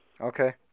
Okay